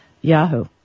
Yahoo